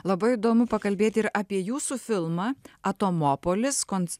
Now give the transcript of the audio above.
labai įdomu pakalbėti ir apie jūsų filmą atomopolis kons